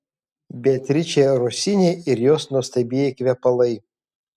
beatričė rosini ir jos nuostabieji kvepalai